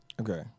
Okay